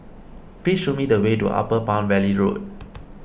please show me the way to Upper Palm Valley Road